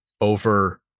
over